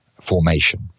formation